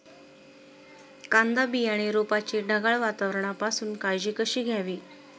कांदा बियाणे रोपाची ढगाळ वातावरणापासून काळजी कशी घ्यावी?